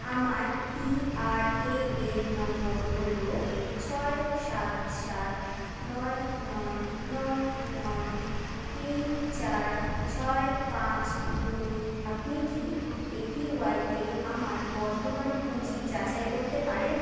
আমার PRAN number হলো ছয় সাত সাত নয় নয় নয় নয় তিন চার ছয় পাঁচ দুই আপনি কি এপিওয়াইতে আমার বর্তমান পুঁজি যাচাই করতে পারেন